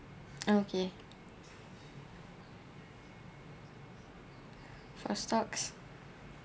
okay for stocks